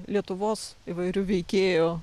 lietuvos įvairių veikėjų